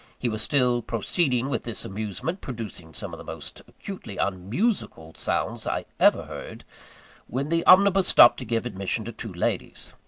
he was still proceeding with this amusement producing some of the most acutely unmusical sounds i ever heard when the omnibus stopped to give admission to two ladies.